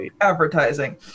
advertising